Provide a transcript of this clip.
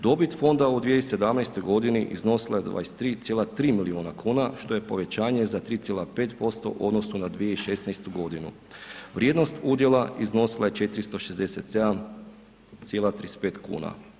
Dobit fonda u 2017.g. iznosila je 23,3 milijuna kuna, što je povećanje za 3,5% u odnosu na 2016.g. Vrijednost udjela iznosila je 467,35 kn.